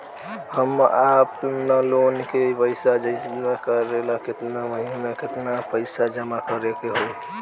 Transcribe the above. हम आपनलोन के पइसा जमा करेला केतना महीना केतना पइसा जमा करे के होई?